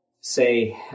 say